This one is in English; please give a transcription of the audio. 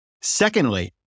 Secondly